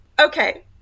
Okay